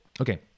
Okay